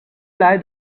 lie